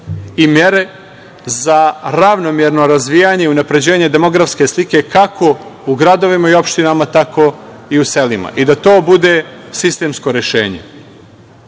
i mere za ravnomerno razvijanje i unapređenje demografske slike kako u gradovima i opštinama, tako i u selima i da to bude sistemsko rešenje. Iz